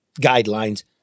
guidelines